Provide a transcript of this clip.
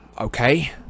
Okay